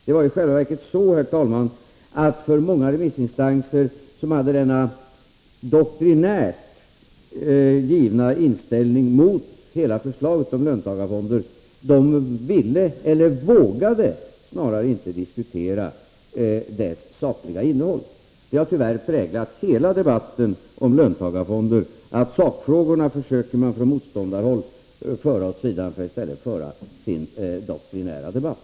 Det var i själva verket så, herr talman, att många remissinstanser, som hade denna doktrinärt givna inställning mot hela förslaget om löntagarfonder, inte vågade diskutera dess sakliga innehåll. Det har tyvärr präglat hela debatten om löntagarfonder att man från motståndarhåll försöker föra sakfrågorna åt sidan för i stället föra sin doktrinära debatt.